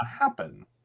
happen